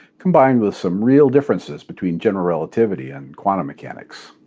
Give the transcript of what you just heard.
combined with some real differences between general relativity and quantum mechanics.